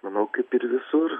manau kaip ir visur